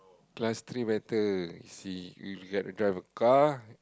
class three better you see you you get to drive a car